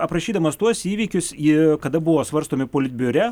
aprašydamas tuos įvykius kada buvo svarstomi politbiure